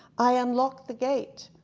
i unlocked the gate,